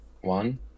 One